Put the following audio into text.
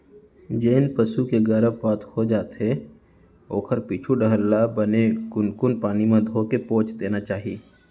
जेन पसू के गरभपात हो जाथे ओखर पीछू डहर ल बने कुनकुन पानी म धोके पोंछ देना चाही